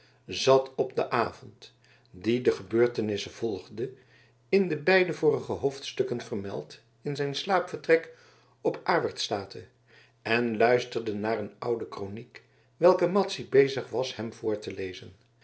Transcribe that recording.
zat op den avond die de gebeurtenissen volgde in de beide vorige hoofdstukken vermeld in zijn slaapvertrek op awertstate en luisterde naar een oude kroniek welke madzy bezig was hem voor te lezen